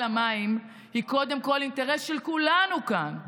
המים היא קודם כול אינטרס שלנו כאן כחברה.